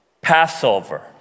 Passover